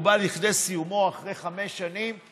הוא בא לסיומו אחרי חמש שנים,